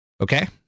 Okay